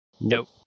Nope